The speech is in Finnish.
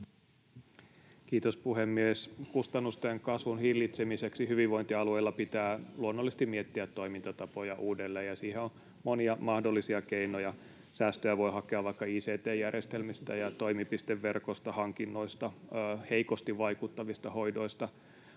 Kiitos, puhemies! Kustannusten kasvun hillitsemiseksi hyvinvointialueilla pitää luonnollisesti miettiä toimintatapoja uudelleen, ja siihen on monia mahdollisia keinoja. Säästöjä voi hakea vaikka ict-järjestelmistä ja toimipisteverkosta, hankinnoista, heikosti vaikuttavista hoidoista.